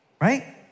Right